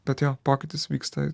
bet jo pokytis vyksta